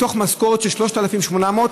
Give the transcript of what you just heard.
מתוך משכורת של 3,800,